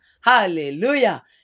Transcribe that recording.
Hallelujah